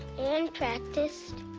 and practiced,